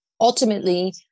Ultimately